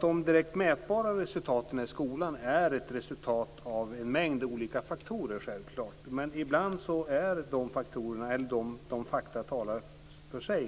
De direkt mätbara resultaten i skolan är självfallet ett resultat av en mängd olika faktorer. Men ibland talar fakta för sig.